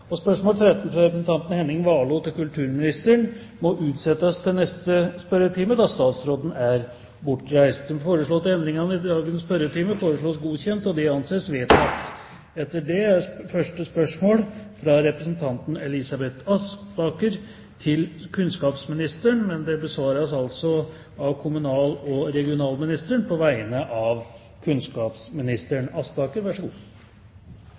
og presidenten viser til oversikten som er omdelt på representantenes plasser i salen. De foreslåtte endringene i dagens spørretime foreslås godkjent. – Det anses vedtatt. Endringene var som følger: Spørsmål 1, fra representanten Elisabeth Aspaker til kunnskapsministeren, besvares av kommunal- og regionalministeren på vegne av